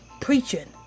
preaching